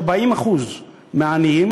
40% מהעניים,